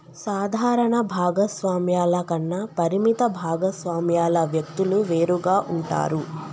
సాధారణ భాగస్వామ్యాల కన్నా పరిమిత భాగస్వామ్యాల వ్యక్తులు వేరుగా ఉంటారు